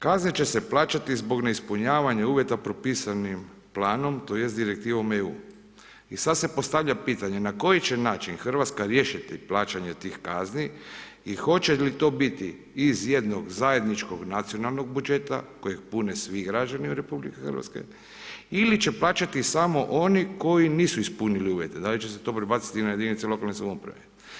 Kazne će se plaćati zbog neispunjavanja uvjeta propisanim planom tj. direktivom EU i sad se postavlja pitanje na koji način Hrvatska riješiti plaćanje tih kazni i hoće li to biti iz jednog zajedničkog nacionalnog budžeta kojeg pune svi građani RH ili će plaćati samo oni koji nisu ispunili uvjete, da li će se to prebaciti na jedinice lokalne samouprave.